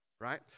right